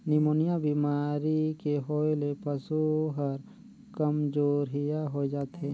pneumonia बेमारी के होय ले पसु हर कामजोरिहा होय जाथे